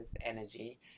energy